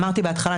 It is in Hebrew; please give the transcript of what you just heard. אמרתי בהתחלה,